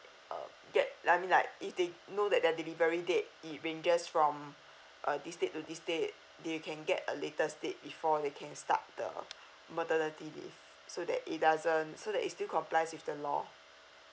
um get I mean like if they know that their delivery date it ranges from uh this date to this date you can get a latest date or they start the maternity leave so that it doesn't so that it still complies with the law